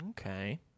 Okay